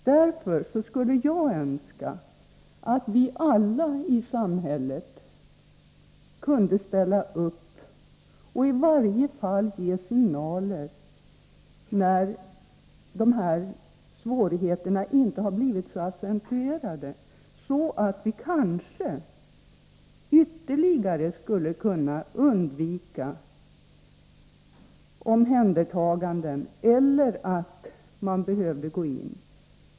Därför skulle jag önska att vi alla i samhället kunde ställa upp och i varje fall ge signaler redan innan de här svårigheterna har blivit så accentuerade. På så sätt skulle vi kanske kunna undvika ytterligare omhändertaganden och ingripanden.